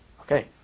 Okay